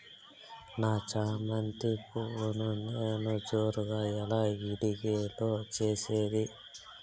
నా చామంతి పువ్వును నేను జోరుగా ఎలా ఇడిగే లో చేసేది?